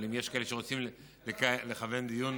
אבל אם יש כאלה שרוצים לכוון לדיון,